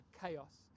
chaos